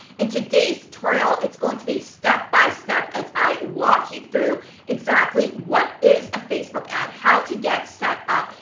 in today's tutorial, it's going to be a step by step as i walk you through exactly what is a facebook ad, how to get set up,